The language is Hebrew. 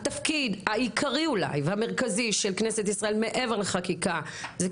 והתפקיד העיקרי והמרכזי של כנסת ישראל מעבר לחקיקה זה,